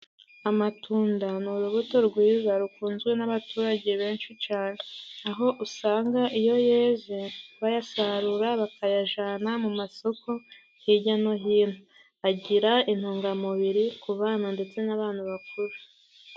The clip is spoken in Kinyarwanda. Amatunda ni urubuto rwiza rukunzwe n'abaturage benshi cane, aho usanga iyo yeze bayasarura bakayajana mu masoko hirya no hino, agira intungamubiri ku bana ndetse n'abantu bakuru.